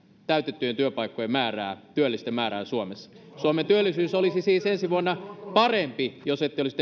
täytettyjen työpaikkojen määrää työllisten määrää suomessa suomen työllisyys olisi siis ensi vuonna parempi jos ette olisi